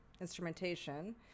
instrumentation